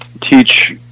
teach